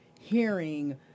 hearing